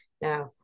Now